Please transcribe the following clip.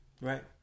Right